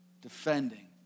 defending